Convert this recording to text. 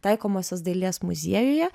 taikomosios dailės muziejuje